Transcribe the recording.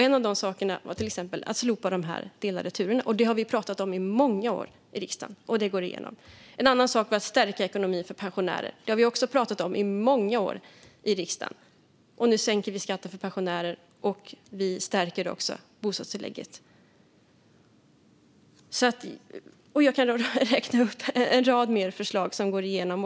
En av de sakerna var till exempel att slopa de delade turerna, och det har vi pratat om i många år i riksdagen. Och detta har gått igenom. En annan sak har varit att stärka ekonomin för pensionärer. Det har vi också pratat om i många år i riksdagen. Nu sänks skatten för pensionärer, och vi stärker också bostadstillägget. Jag kan räkna upp en rad fler förslag som går igenom.